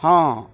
ହଁ